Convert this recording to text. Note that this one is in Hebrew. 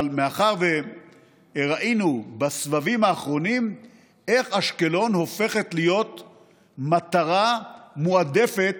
אבל ראינו בסבבים האחרונים איך אשקלון הופכת להיות מטרה מועדפת